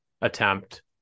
attempt